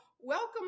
welcome